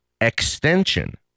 extension